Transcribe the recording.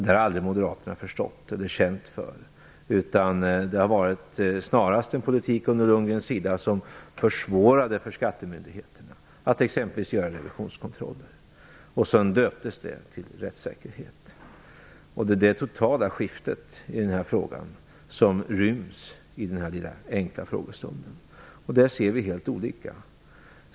Det har aldrig moderaterna förstått eller känt för. Det var från Lundgrens sida snarast en politik som försvårade för skattemyndigheterna att exempelvis göra revisionskontroller. Det döptes till rättssäkerhet. Det är det totala skiftet i den här frågan, som ryms i den här enkla frågestunden. Där ser vi helt olika.